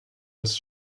als